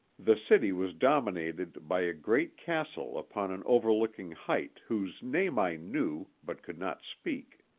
the city was dominated by a great castle upon an overlooking height whose name i knew, but could not speak.